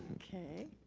okay.